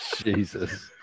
Jesus